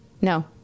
No